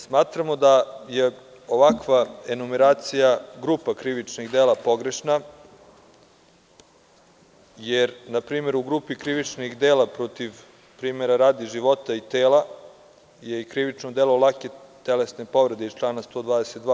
Smatramo da je ovakva enumeracija grupa krivičnih dela pogrešna, jer na primer u grupi krivičnih dela protiv, primera radi, života i tela je i krivično delo lake telesne povrede iz člana 122.